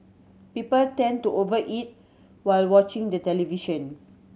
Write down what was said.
people tend to over eat while watching the television